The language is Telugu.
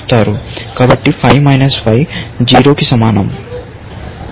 కాబట్టి 5 5 0 కి సమానం